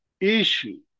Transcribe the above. issue